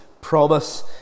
promise